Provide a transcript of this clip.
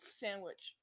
sandwich